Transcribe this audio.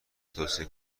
توصیه